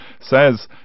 says